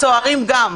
20 סוהרים.